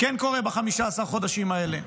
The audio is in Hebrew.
כן קורה ב-15 החודשים האלה,